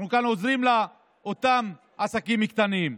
כאן אנחנו עוזרים לאותם עסקים קטנים.